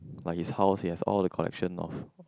like his house he has all the collection of